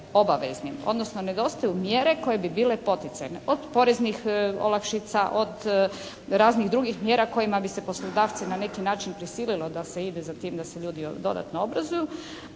odnosno nedostaju mjere koje bi bile poticajne, od poreznih olakšica, od raznih drugih mjera kojima bi se poslodavci na neki način prisililo da se ide za tim da se ljudi dodatno obrazuju